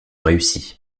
réussi